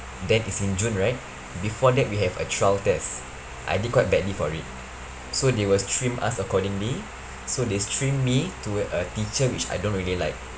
that is in june right before that we have a trial test I did quite badly for it so they will stream us accordingly so they stream me to a teacher which I don't really like